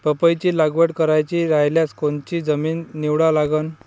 पपईची लागवड करायची रायल्यास कोनची जमीन निवडा लागन?